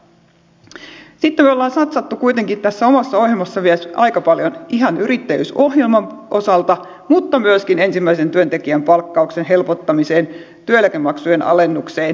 sitten me olemme satsanneet kuitenkin tässä omassa ohjelmassa vielä aika paljon ihan yrittäjyysohjelman osalta mutta myöskin ensimmäisen työntekijän palkkauksen helpottamiseen työeläkemaksujen alennukseen